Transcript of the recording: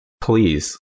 Please